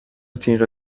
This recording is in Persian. تیغ